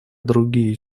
другие